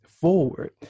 forward